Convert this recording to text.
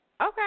Okay